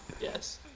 Yes